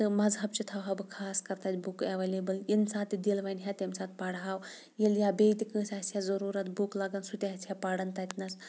تہٕ مذہَب چہِ تھاوہا بہٕ خاص کَر تَتہِ بُکہٕ ایویلیبٕل ییٚمہِ ساتہٕ تہِ دِل وَنہِ ہا تَمہِ ساتہٕ پرہَو ییٚلہِ یا بیٚیہِ تہِ کٲنٛسہِ آسہِ ہے ضٔروٗرت بُک لَگَان سُہ تہِ آسہِ ہا پَران تَتِنَس